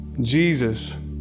Jesus